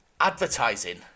advertising